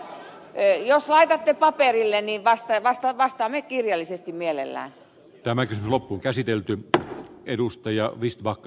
jos laitatte paperille niin vastaamme kirjallisesti mielellään tämäkin loppuunkäsitelty mutta edustaja mielellämme